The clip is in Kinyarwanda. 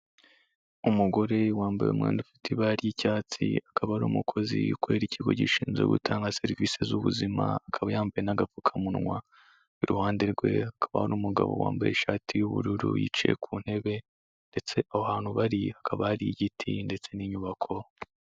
Umugore wambaye umwenda ufite ibara ry'icyatsi, akaba ari umukozi ukorera ikigo gishinzwe gutanga serivise z'ubuzima akaba yambaye n'agapfukamunwa. Iruhande rwe hakaba n'umugabo wambaye ishati y'ubururu yicaye ku ntebe ndetse aho hantu bari hakaba hari igiti ndetse n'inyubako.